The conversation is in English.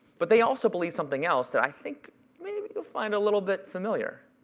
but they also believed something else that i think maybe you'll find a little bit familiar.